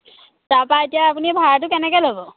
তাৰপৰা এতিয়া আপুনি ভাড়াটো কেনেকৈ ল'ব